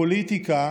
הפוליטיקה